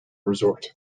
resort